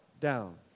down